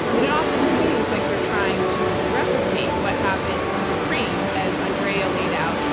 it it often seems like they're trying to replicate what happened in ukraine, as andrea laid out,